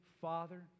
Father